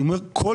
אני אומר כל,